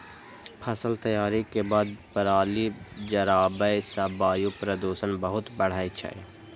फसल तैयारी के बाद पराली जराबै सं वायु प्रदूषण बहुत बढ़ै छै